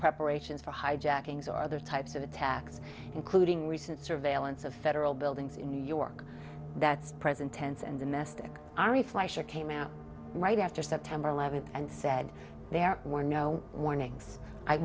preparations for hijackings are other types of attacks including recent surveillance of federal buildings in new york that's present tense and domestic ari fleischer came out right after september eleventh and said there were no warnings i